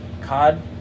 COD